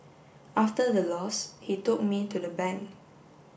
after the loss he took me to the bank